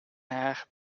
haar